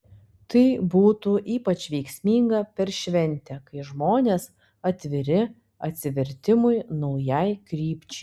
tai būtų ypač veiksminga per šventę kai žmonės atviri atsivertimui naujai krypčiai